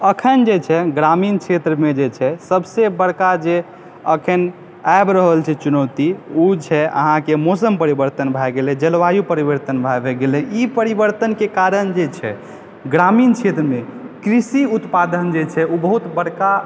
अखन जे छै ग्रामीण क्षेत्रमे जे छै सगसे बरका जे अखन आबि रहल छै चुनौती ओ छै अहाँके मौसम परिवर्तन भय गेलै जलवायु के परिवर्तन भय गेलै ई परिवर्तन के कारण जे छै ग्रामीण क्षेत्रमे कृषि उत्पादन जे छै ओ बड़का